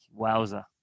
wowza